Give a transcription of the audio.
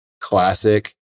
classic